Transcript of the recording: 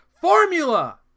formula